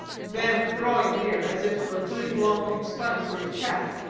then drawing near, as if for a good long explanatory chat,